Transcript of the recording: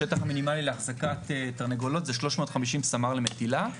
השטח המינימלי להחזקת תרנגולות זה 350 סמ"ר למטילה.